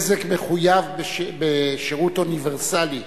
"בזק" מחויב בשירות אוניברסלי.